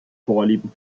vorlieben